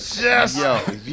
Yes